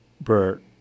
Bert